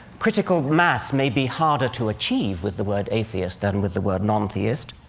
critical mass may be harder to achieve with the word atheist than with the word non-theist,